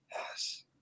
Yes